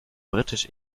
britisch